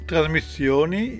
Trasmissioni